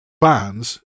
bands